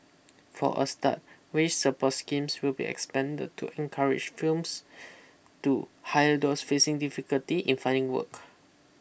for a start wage support schemes will be expanded to encourage firms to hire those facing difficulty in finding work